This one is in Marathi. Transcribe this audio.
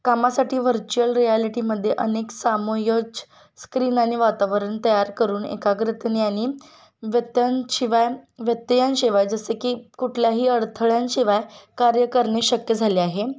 कामासाठी व्हर्च्युअल रियालिटीमध्ये अनेक सामोयच स्क्रीन आणि वातावरण तयार करून एकाग्रतेने आणि व्यत्ययांशिवाय व्यत्ययांशिवाय जसे की कुठल्याही अडथळ्यांशिवाय कार्य करणे शक्य झाले आहे